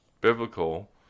biblical